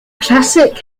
classic